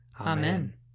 Amen